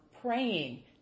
praying